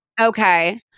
Okay